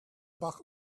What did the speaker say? bug